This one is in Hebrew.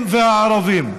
היהודים והערבים.